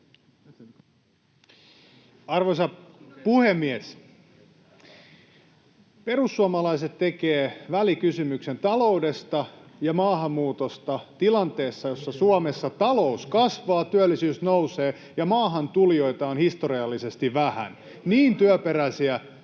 Arvoisa puhemies! Perussuomalaiset tekee välikysymyksen taloudesta ja maahanmuutosta tilanteessa, jossa Suomessa talous kasvaa, työllisyys nousee ja maahantulijoita on historiallisesti vähän [Toimi